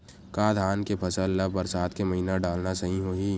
का धान के फसल ल बरसात के महिना डालना सही होही?